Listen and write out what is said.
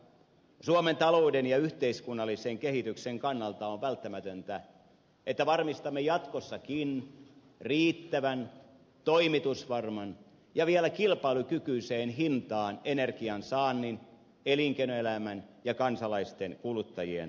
suomen talouden ja yhteiskunnallisen kehityksen kannalta on välttämätöntä että varmistamme jatkossakin riittävän toimitusvarman ja vielä kilpailukykyiseen hintaan energiansaannin elinkeinoelämän ja kansalaisten kuluttajien tarpeeseen